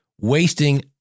wasting